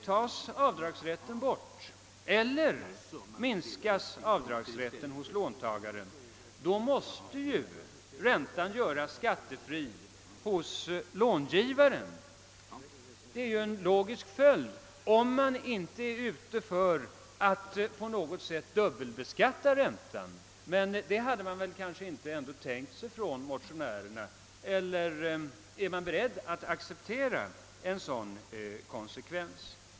Tas avdragsrätten bort eller minskas hos låntagaren, måste räntan göras skattefri hos långivaren. Detta är en logisk följd, om man inte är ute efter att dubbelbeskatta räntan, men det hade väl motionärerna ändå inte tänkt sig. Eller är man beredd att acceptera en sådan konsekvens?